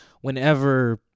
whenever –